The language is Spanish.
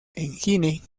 engine